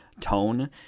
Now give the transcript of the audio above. tone